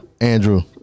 Andrew